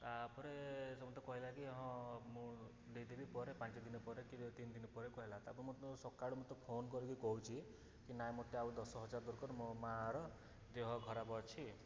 ତା'ପରେ ସେ ମୋତେ କହିଲା କି ହଁ ମୁଁ ଦେଇଦେବି ପରେ ପାଞ୍ଚଦିନ ପରେ କି ତିନି ଦିନ ପରେ କହିଲା ତା' ପରେ ମୋତେ ସକାଳୁ ମୋତେ ଫୋନ୍ କରିକି କହୁଛି କି ନାଇଁ ମୋତେ ଆଉ ଦଶ ହଜାର ଦରକାର ମୋ ମା'ର ଦେହ ଖରାପ ଅଛି